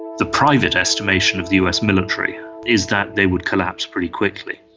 the private estimation of the us military is that they would collapse pretty quickly.